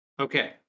Okay